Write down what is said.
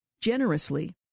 generously